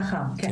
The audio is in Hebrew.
בבקשה.